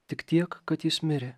tik tiek kad jis mirė